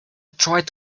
tried